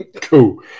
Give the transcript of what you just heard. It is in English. Cool